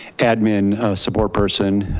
admin support person,